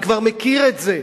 אני כבר מכיר את זה,